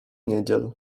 niedziel